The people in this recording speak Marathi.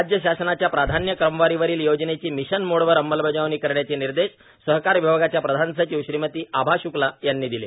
राज्य शासनाच्या प्राधान्य क्रमावरावरील योजनेची मिशन मोडवर अंमलबजावणी करण्याचे निर्देश सहकार विभागाच्या प्रधान सचिव श्रीमती आभा श्क्ला यांनी दिले